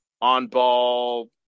on-ball